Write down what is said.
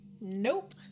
Nope